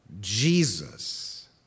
Jesus